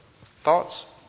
thoughts